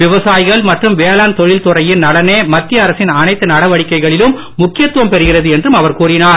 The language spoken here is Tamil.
விவசாயிகள் மற்றும் வேளாண் தொழில்துறையின் நலனே மத்திய அரசின் அனைத்து நடவடிக்கைகளிலும் முக்கியத்துவம் பெறுகிறது என்றும் அவர் கூறினார்